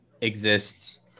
exists